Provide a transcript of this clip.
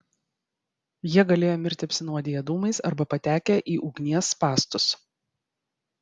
jie galėjo mirti apsinuodiję dūmais arba patekę į ugnies spąstus